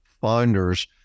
founders